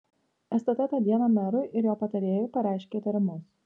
stt tą dieną merui ir jo patarėjui pareiškė įtarimus